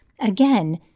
Again